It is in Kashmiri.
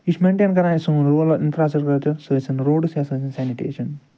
یہِ چھِ مینٹین کَران اَتہِ سون روٗرل اِنفراسِٹرٛکچر سُہ ٲسِن روڈٕس یا سُہ ٲسِن سینِٹیٚشن